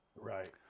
Right